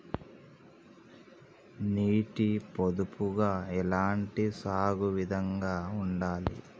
నీటి పొదుపుగా ఎలాంటి సాగు విధంగా ఉండాలి?